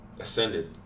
Ascended